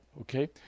okay